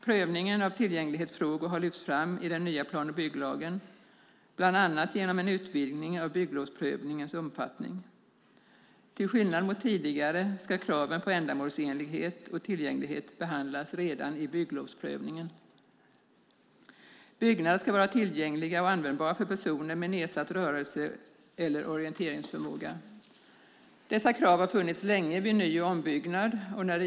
Prövningen av tillgänglighetsfrågor har lyfts fram i den nya plan och bygglagen, bland annat genom en utvidgning av bygglovsprövningens omfattning. Till skillnad från tidigare ska kraven på ändamålsenlighet och tillgänglighet behandlas redan i bygglovsprövningen. Byggnader ska vara tillgängliga och användbara för personer med nedsatt rörelse eller orienteringsförmåga. Dessa krav har funnits länge vid ny och ombyggnad.